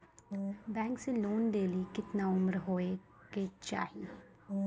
Bank से loan लेली केतना उम्र होय केचाही?